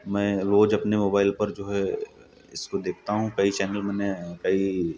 मैं रोज़ अपने मोबाइल पे जो है इसको देखता हूँ कई चैनलों में कई